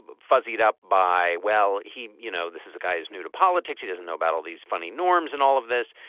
but fuzzy it up by. well he you know this is a guy who's new to politics he doesn't know about all these funny norms and all of this.